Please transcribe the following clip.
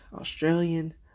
Australian